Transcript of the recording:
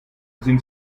sind